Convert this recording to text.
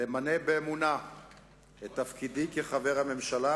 למלא באמונה את תפקידי כחבר הממשלה